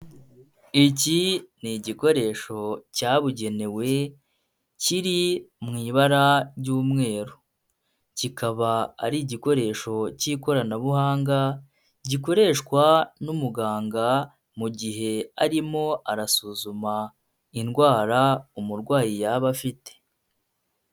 Iki ni igikoresho cyabugenewe kiri mu ibara ry'umweru, kikaba ari igikoresho cy'ikoranabuhanga gikoreshwa n'umuganga mu gihe arimo arasuzuma indwara umurwayi yaba afite.